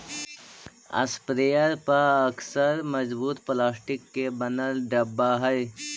sprayer पअक्सर मजबूत plastic के बनल डब्बा हई